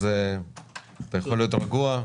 אתה יכול להיות רגוע.